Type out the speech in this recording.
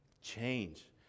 change